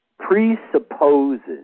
presupposes